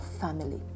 family